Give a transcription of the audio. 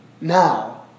Now